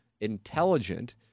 intelligent